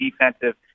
defensive